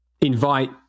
invite